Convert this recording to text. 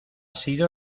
sido